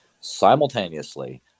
simultaneously